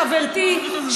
חברתי,